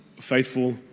faithful